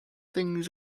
things